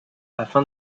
afin